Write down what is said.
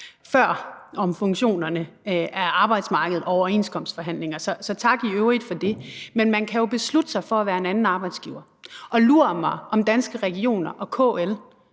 om funktionerne i forhold til arbejdsmarkedet og overenskomstforhandlinger. Så tak i øvrigt for det. Men man kan jo beslutte sig for at være en anden arbejdsgiver, og lur mig, om Danske Regioner og KL